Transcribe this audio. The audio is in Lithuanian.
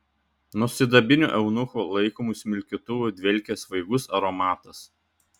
nuo sidabrinių eunuchų laikomų smilkytuvų dvelkė svaigus aromatas